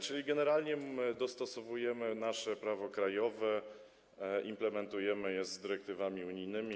Czyli generalnie dostosowujemy nasze prawo krajowe, implementujemy dyrektywy unijne.